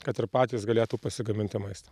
kad ir patys galėtų pasigaminti maistą